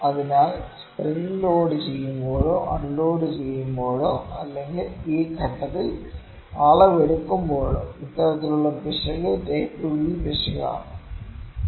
അതിനാൽ spring load ചെയ്യുമ്പോഴോ അൺലോഡുചെയ്യുമ്പോഴോ അല്ലെങ്കിൽ ഈ ഘട്ടത്തിൽ അളവ് എടുക്കുമ്പോഴോ ഇത്തരത്തിലുള്ള പിശക് ടൈപ്പ് ബി പിശക് ആണ്